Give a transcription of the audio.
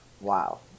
Wow